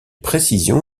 précision